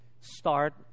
start